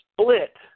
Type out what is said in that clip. split